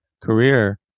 career